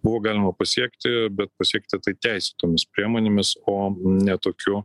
buvo galima pasiekti bet pasiekti tai teisėtomis priemonėmis o ne tokiu